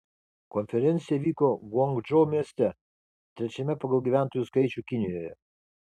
konferencija vyko guangdžou mieste trečiame pagal gyventojų skaičių kinijoje